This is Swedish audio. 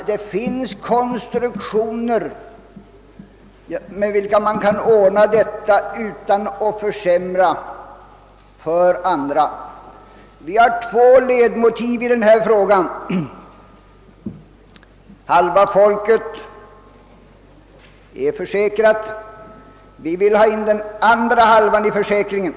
Det finns konstruktioner varigenom man kan ordna detta utan att försämra för andra. Vi på vårt håll har två ledmotiv i denna fråga. Halva folket är försäkrat och vi vill ha in även den andra hälften i försäkringen.